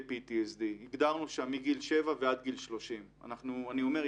PTSD. הגדרנו שם מגיל שבע ועד גיל 30. אני אומר,